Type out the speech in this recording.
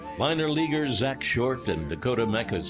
minor leaguers zack short, and dakota mekkes,